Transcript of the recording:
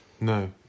No